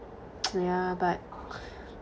yeah but